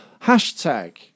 hashtag